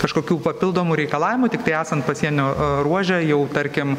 kažkokių papildomų reikalavimų tiktai esant pasienio ruože jau tarkim